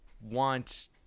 want